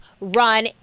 run